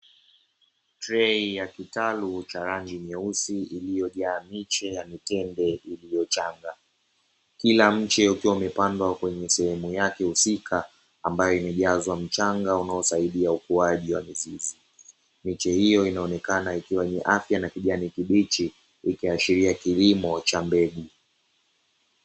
Trei ya kitalu cha rangi nyeusi iliyojaa miche ya mitende iliyochanga. Kila mche ukiwa umepandwa kwenye sehemu yake husika, ambayo imejazwa mchanga unaosaidia ukuaji wa mizizi. Miche hiyo inaonekana yenye afya ikiwa na kijani kibichi ikiashiria kilimo cha mbegu.